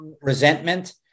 resentment